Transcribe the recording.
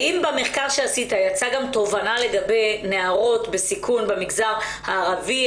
האם במחקר שעשית יצאה גם תובנה לגבי נערות בסיכון במגזר הערבי?